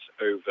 over